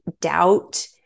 doubt